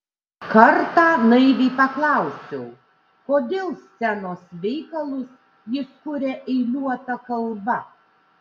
kartą naiviai paklausiau kodėl scenos veikalus jis kuria eiliuota kalba